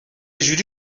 جوری